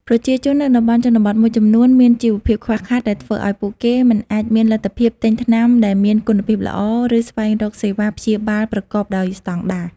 ប្រជាជននៅតំបន់ជនបទមួយចំនួនមានជីវភាពខ្វះខាត ដែលធ្វើឱ្យពួកគេមិនអាចមានលទ្ធភាពទិញថ្នាំដែលមានគុណភាពល្អ ឬស្វែងរកសេវាព្យាបាលប្រកបដោយស្តង់ដារ។